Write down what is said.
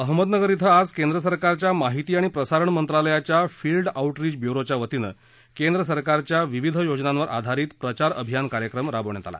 अहमदनगर आज केंद्र सरकारच्या माहिती आणि प्रसारण मंत्रालयाच्या फिल्ड आऊटरीच ब्युरोच्यावतीनं केंद्र सरकारच्या विविध योजनांवर आधारित प्रचार अभियान कार्यक्रम राबवण्यात आला